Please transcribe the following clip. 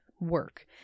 work